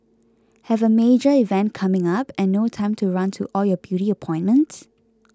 have a major event coming up and no time to run to all your beauty appointments